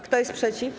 Kto jest przeciw?